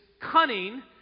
cunning